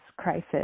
crisis